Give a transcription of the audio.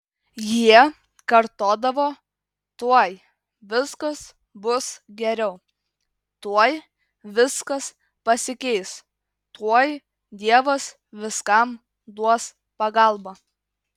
jie kartodavo tuoj viskas bus geriau tuoj viskas pasikeis tuoj dievas viskam duos pagalbą